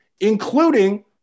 including